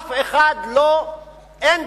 אין דרך,